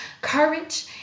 courage